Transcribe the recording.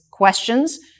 questions